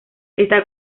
está